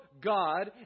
God